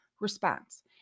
response